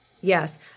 Yes